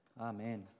Amen